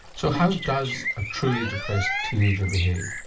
so how does a truly depressed teenager behave?